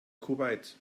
kuwait